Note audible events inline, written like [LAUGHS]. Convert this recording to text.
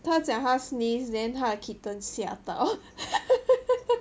他讲他 sneeze then 他的 kitten 吓到 [LAUGHS]